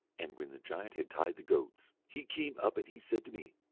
and when the giant had tied the goats, he came up and he said to me,